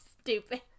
stupid